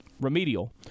remedial